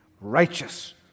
righteous